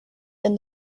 than